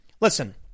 listen